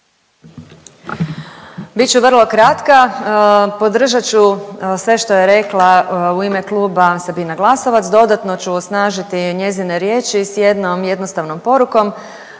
Bit ću vrlo kratka. Podržat ću sve što je rekla u ime kluba Sabina Glasovac. Dodatno ću osnažiti njezine riječi s jednom jednostavnom porukom,